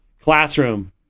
classroom